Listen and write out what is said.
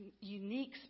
unique